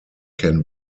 can